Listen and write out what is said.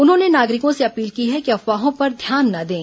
उन्होंने नागरिकों से अपील की है कि अफवाहों पर ध्यान न दें